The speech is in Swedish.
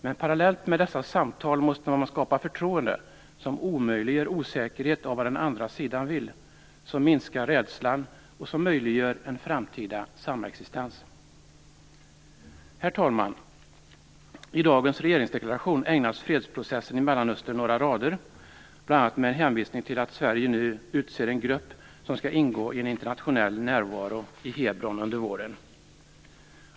Men parallellt med dessa samtal måste man skapa förtroende som omöjliggör osäkerhet om vad den andra sidan vill och som minskar rädslan och som möjliggör en framtida samexistens. Herr talman! I dagens regeringsdeklaration ägnas fredsprocessen i Mellanöstern några rader, bl.a. med en hänvisning till att Sverige nu utser en grupp som skall ingå i en internationell närvaro i Hebron under våren.